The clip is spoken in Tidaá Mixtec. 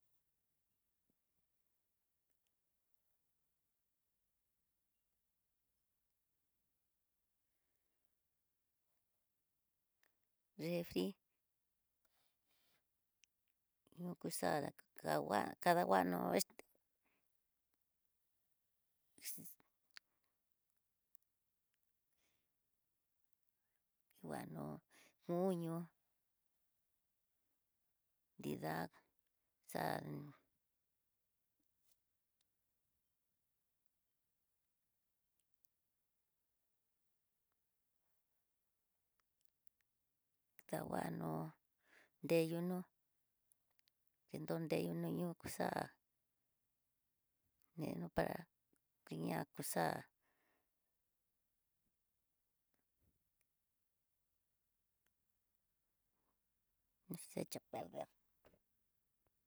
Refrir yukuxa, kangua kadanguano esté, xix kinguano nuño nrida xán, danguano nreyunó, tindode yuno kixa'a, neno para kuña kixa'a no se eha a perder.